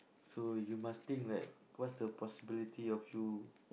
so you must think like what's the possibility of you